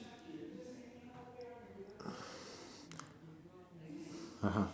(uh huh)